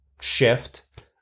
shift